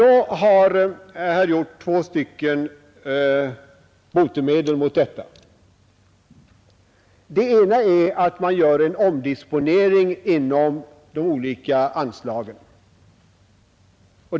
Då har herr Hjorth två botemedel mot detta. Det ena botemedlet är att man gör en omdisponering inom de olika anslagen.